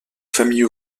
famille